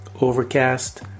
Overcast